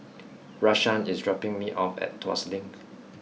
Rashaan is dropping me off at Tuas Link